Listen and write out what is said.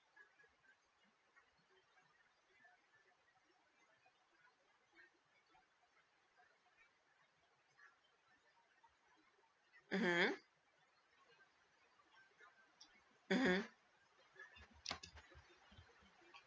mmhmm mmhmm